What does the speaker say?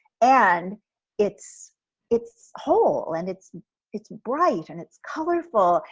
and it's it's whole and it's it's bright, and it's colorful,